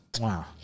wow